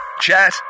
Chat